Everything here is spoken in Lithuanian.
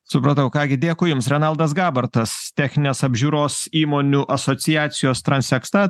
supratau ką gi dėkui jums renaldas gabartas techninės apžiūros įmonių asociacijos transeksta